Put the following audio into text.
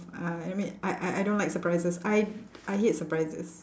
uh I mean I I I don't like surprises I I hate surprises